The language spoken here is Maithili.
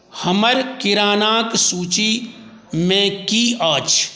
हमर किरानाक सूचीमे की अछि